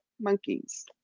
Monkeys